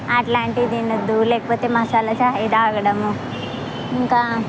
అట్లాంటివి తినద్దు లేకపోతే మసాలా చాయ్ తాగడము ఇంకా